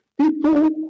people